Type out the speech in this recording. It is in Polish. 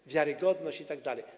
To wiarygodność i tak dalej.